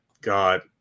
God